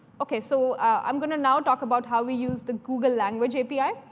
ok, so i'm going to now talk about how we use the google language api.